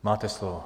Máte slovo.